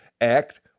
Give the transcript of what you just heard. act